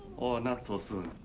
or not so soon.